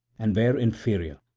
and where inferior,